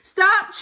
Stop